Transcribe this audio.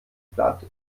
platt